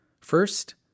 First